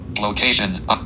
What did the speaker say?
location